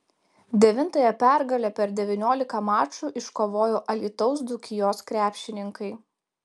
devintąją pergalę per devyniolika mačų iškovojo alytaus dzūkijos krepšininkai